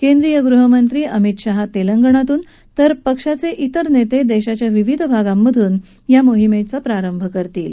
केंद्रीय गृहमंत्री अमित शहा तेलंगणामधून तर पक्षाचे अन्य नेते देशाच्या विविध भागातून या मोहिमेची प्रारंभ करतील